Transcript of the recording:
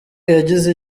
yagize